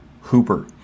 Hooper